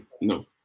No